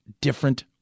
different